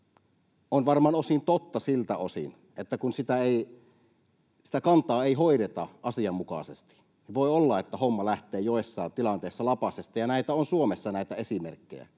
on varmaan osin totta siltä osin, että kun sitä kantaa ei hoideta asianmukaisesti, niin voi olla, että homma lähtee jossain tilanteissa lapasesta, ja näitä esimerkkejä